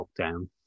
lockdown